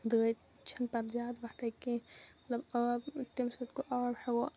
دٲدۍ چھِنہٕ پَتہٕ زیادٕ وۄتھان کیٚنہہ مطلب آب تٔمۍ سۭتۍ گوٚو آب ہوا